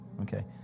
Okay